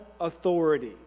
authority